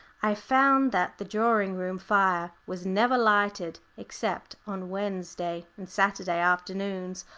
i found that the drawing-room fire was never lighted except on wednesday and saturday afternoons,